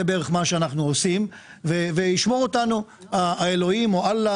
זה בערך מה שאנחנו עושים וישמור אותנו האלוהים או אללה